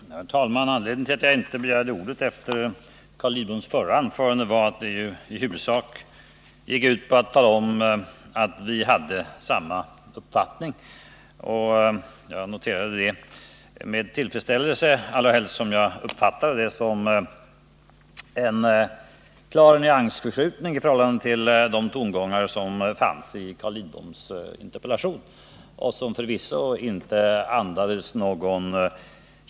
Herr talman! Anledningen till att jag inte begärde ordet efter Carl Lidboms förra anförande var att det i huvudsak gick ut på att tala om att vi hade samma uppfattning. Jag noterade detta med tillfredsställelse, allra helst som jag uppfattade det som en klar nyansförskjutning i förhållande till tongångarna i Carl Lidboms interpellation.